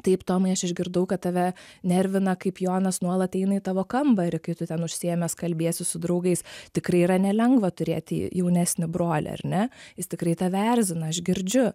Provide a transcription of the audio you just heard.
taip tomai aš išgirdau kad tave nervina kaip jonas nuolat eina į tavo kambarį kai tu ten užsiėmęs kalbiesi su draugais tikrai yra nelengva turėti jaunesnį brolį ar ne jis tikrai tave erzina aš girdžiu